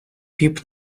піп